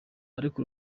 ariko